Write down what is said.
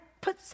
put